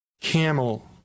camel